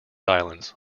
islands